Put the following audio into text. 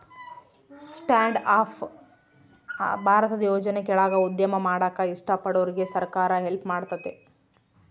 stand up ಭಾರತದ ಯೋಜನೆ ಕೆಳಾಗ ಉದ್ಯಮ ಮಾಡಾಕ ಇಷ್ಟ ಪಡೋರ್ಗೆ ಸರ್ಕಾರ ಹೆಲ್ಪ್ ಮಾಡ್ತತೆ